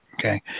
Okay